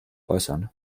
äußern